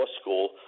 school